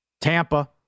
Tampa